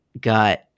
got